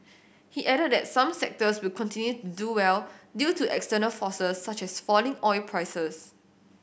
he added that some sectors will continue to do well due to external forces such as falling oil prices